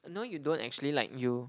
no you don't actually like you